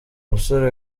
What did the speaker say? umusore